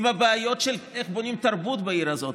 עם הבעיות של איך בונים תרבות בעיר הזאת,